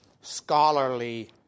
scholarly